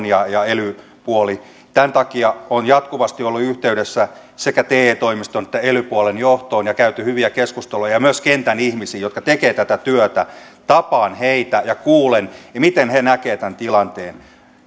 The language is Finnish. ja missä ely puoli tämän takia olen jatkuvasti ollut yhteydessä sekä te toimiston että ely puolen johtoon olemme käyneet hyviä keskusteluja ja myös kentän ihmisiin jotka tekevät tätä työtä tapaan heitä ja kuulen miten he näkevät tämän tilanteen